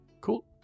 cool